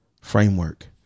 framework